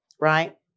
Right